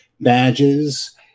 badges